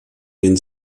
den